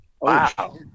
Wow